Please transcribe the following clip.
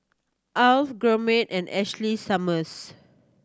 Alf Gourmet and Ashley Summers